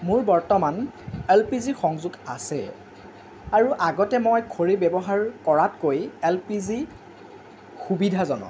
মোৰ বৰ্তমান এলপিজি সংযোগ আছে আৰু আগতে মই খৰি ব্যৱহাৰ কৰাতকৈ এলপিজি সুবিধাজনক